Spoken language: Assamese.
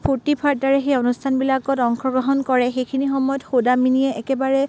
ফূৰ্তি ফাৰ্তাৰে সেই অনুষ্ঠানবিলাকত অংশগ্ৰহণ কৰে সেইখিনি সময়ত সৌদামিনীয়ে একেবাৰে